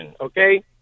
okay